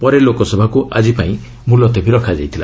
ପରେ ଲୋକସଭାକୁ ଆଜିପାଇଁ ମୁଲତବି ରଖାଯାଇଥିଲା